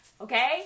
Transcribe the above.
okay